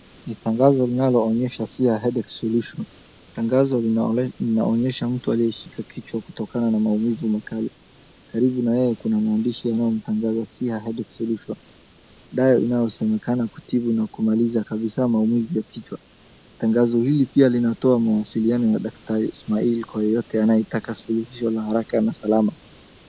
Ni tangazo linaloonyesha SIHA HEADACHE SOLUTION ,tangazo linaonyesha mtu aliyeshika kichwa kutokana na maumivu makali, karibu na yeye kuna maandishi yanayomtangaza SIHA HEADACHE SOLUTION dawa inayosemekana kutibu na kumaliza kabisaa maumivu ya kichwa. Tangazo hili pia linatoa mawasiliano ya daktari Ismail kwa yeyote anayetaka suluisho la haraka na salama.